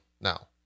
now